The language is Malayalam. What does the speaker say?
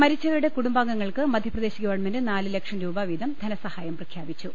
മരിച്ചവരുടെ കുടുംബാംഗങ്ങൾക്ക് മധ്യപ്രദേശ് ഗവൺമെന്റ് നാല് ലക്ഷം രൂപ വീതം ധനസഹായും പ്രഖ്യാപിച്ചു